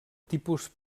tipus